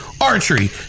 archery